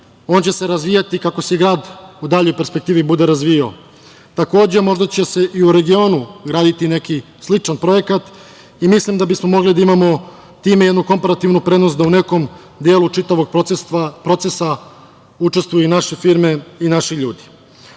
on će se razvijati kako se grad u daljoj perspektivi bude razvijao. Takođe, možda će se i u regionu graditi neki sličan projekat i mislim da bi smo mogli da imamo time jednu komperativnu prednost da u nekom delu čitavog procesa učestvuju i naše firme i naši ljudi. Drugi